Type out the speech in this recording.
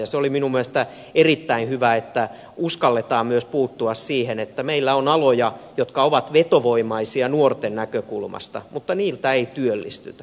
se oli minun mielestäni erittäin hyvä että uskalletaan myös puuttua siihen että meillä on aloja jotka ovat vetovoimaisia nuorten näkökulmasta mutta niiltä ei työllistytä